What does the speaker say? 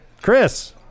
Chris